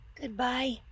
Goodbye